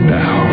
now